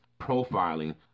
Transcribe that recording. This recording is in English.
profiling